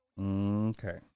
Okay